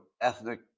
ethnic